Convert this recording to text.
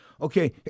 Okay